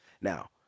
now